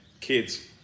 kids